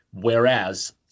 Whereas